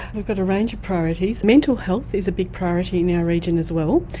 we've got a range of priorities. mental health is a big priority in our region as well.